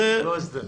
לא הסדר.